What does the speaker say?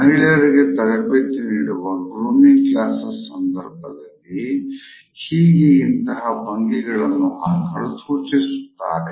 ಮಹಿಳೆಯರಿಗೆ ತರಬೇತಿ ನೀಡುವ ಗ್ರೂಮಿಂಗ್ ಕ್ಲಾಸೆಸ್ ಸಂದರ್ಭದಲ್ಲಿ ಹೀಗೆ ಇಂತಹ ಭಂಗಿಗಳನ್ನು ಹಾಕಲು ಸೂಚಿಸುತ್ತಾರೆ